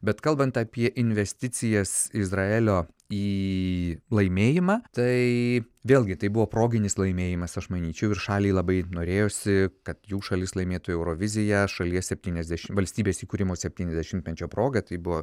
bet kalbant apie investicijas izraelio į laimėjimą tai vėlgi tai buvo proginis laimėjimas aš manyčiau ir šaliai labai norėjosi kad jų šalis laimėtų euroviziją šalies septyniasdešim valstybės įkūrimo septyniasdešimtmečio proga tai buvo